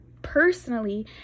personally